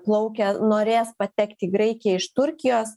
plaukė norėjęs patekti į graikiją iš turkijos